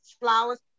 flowers